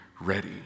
ready